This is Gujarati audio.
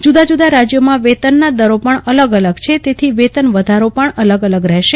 જુદાં જુદાં રાજ્યોમાં વેતનના દરો પણ અલગ અલગ છે તેથી વેતન વધારો પણ અલગ અલગ રેહેશે